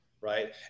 right